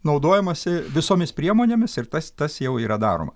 naudojamasi visomis priemonėmis ir tas tas jau yra daroma